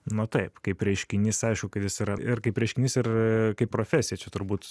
nu taip kaip reiškinys aišku kad jis yra ir kaip reiškinys ir kaip profesija čia turbūt